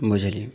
बुझलियै